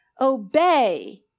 Obey